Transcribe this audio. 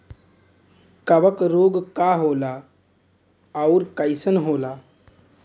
कवक रोग का होला अउर कईसन होला?